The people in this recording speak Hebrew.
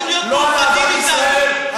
ישראל,